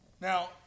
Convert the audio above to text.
Now